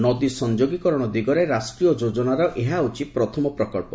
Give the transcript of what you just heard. ନଦୀ ସଂଯୋଗୀକରଣ ଦିଗରେ ରାଷ୍ଟ୍ରୀୟ ଯୋଜନାର ଏହା ହେଉଛି ପ୍ରଥମ ପ୍ରକଳ୍ପ